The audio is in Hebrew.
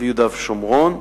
ויהודה ושומרון,